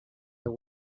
that